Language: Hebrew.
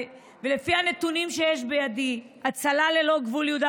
ולפי הנתונים שיש בידי "הצלה ללא גבולות"